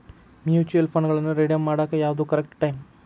mutual ಫಂಡ್ಗಳನ್ನ redeem ಮಾಡಾಕ ಯಾವ್ದು ಕರೆಕ್ಟ್ ಟೈಮ್